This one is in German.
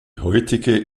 heutige